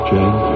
Jane